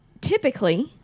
typically